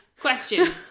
Question